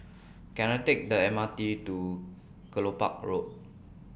Can I Take The M R T to Kelopak Road